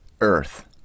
earth